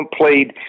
played